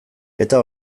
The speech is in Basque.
eta